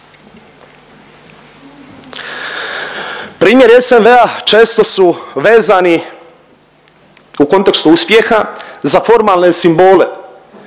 Primjeri SNV često su vezani u kontekstu uspjeha za formalne simbole